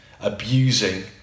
abusing